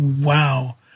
wow